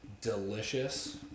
delicious